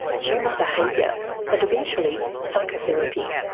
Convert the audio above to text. human behaviour and eventually psychotherapy.